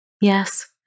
Yes